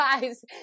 guys